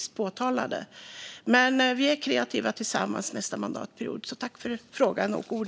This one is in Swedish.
Men vi kommer att vara kreativa tillsammans nästa mandatperiod.